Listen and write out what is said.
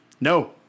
No